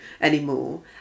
anymore